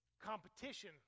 competition